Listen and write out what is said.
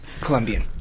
colombian